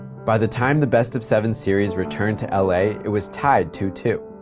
by the time the best of seven series returned to la, it was tied two-two.